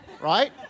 right